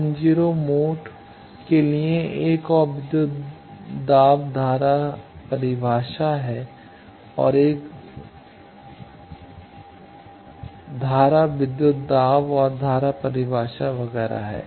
TEM10 mode के लिए एक और विद्युत दाब धारा परिभाषा है एक और धारा विद्युत दाब और धारा परिभाषा वगैरह है